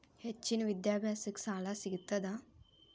ಹೆಚ್ಚಿನ ವಿದ್ಯಾಭ್ಯಾಸಕ್ಕ ಸಾಲಾ ಸಿಗ್ತದಾ?